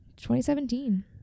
2017